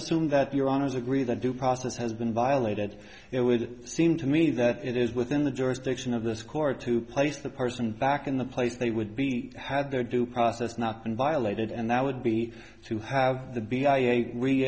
assume that your honour's agree that due process has been violated it would seem to me that it is within the jurisdiction of this court to place the person back in the place they would be had their due process not been violated and that would be to have the